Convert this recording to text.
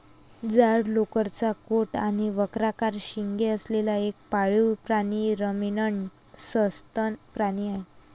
जाड लोकरीचा कोट आणि वक्राकार शिंगे असलेला एक पाळीव प्राणी रमिनंट सस्तन प्राणी आहे